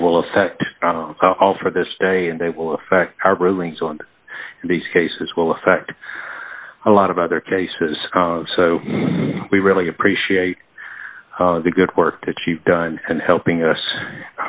they will affect all for this day and they will affect how rulings on these cases will affect a lot of other cases so we really appreciate the good work that you've done and helping us